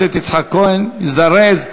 חבר הכנסת יצחק כהן, הזדרז.